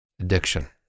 Addiction